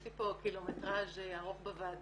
יש לי פה קילומטראז' ארוך בוועדה,